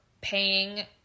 paying